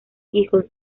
hijos